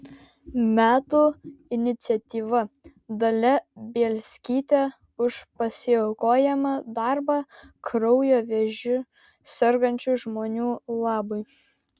metų iniciatyva dalia bielskytė už pasiaukojamą darbą kraujo vėžiu sergančių žmonių labui